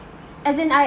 as in I